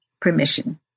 permission